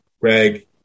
Greg